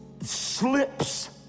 slips